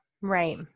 Right